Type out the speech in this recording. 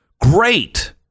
Great